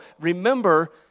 remember